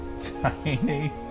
tiny